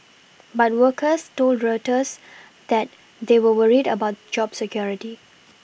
but workers told Reuters that they were worried about job security